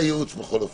לראות את זה הלאה.